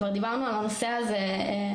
כבר דיברנו על הנושא הזה,